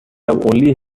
only